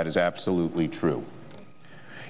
that is absolutely true